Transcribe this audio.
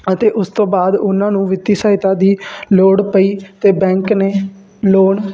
ਅਤੇ ਉਸ ਤੋਂ ਬਾਅਦ ਉਹਨਾਂ ਨੂੰ ਵਿੱਤੀ ਸਹਾਇਤਾ ਦੀ ਲੋੜ ਪਈ ਅਤੇ ਬੈਂਕ ਨੇ ਲੋਨ